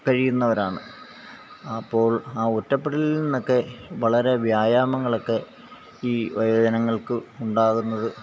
കഴിയുന്നവരാണ് അപ്പോൾ ആ ഒറ്റപ്പെടലിൽ നിന്നൊക്കെ വളരെ വ്യായാമങ്ങളൊക്കെ ഈ വയോജനങ്ങൾക്ക് ഉണ്ടാകുന്നത്